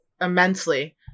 immensely